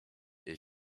est